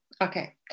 Okay